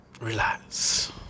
relax